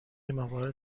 موارد